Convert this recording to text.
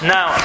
Now